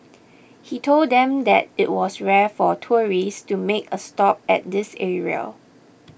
he told them that it was rare for tourists to make a stop at this area